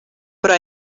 però